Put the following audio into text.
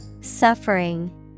Suffering